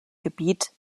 gebiet